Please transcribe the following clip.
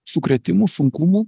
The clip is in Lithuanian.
sukrėtimų sunkumų